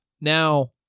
Now